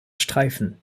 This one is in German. streifen